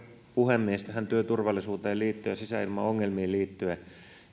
puhemies tähän työturvallisuuteen liittyen ja sisäilmaongelmiin liittyen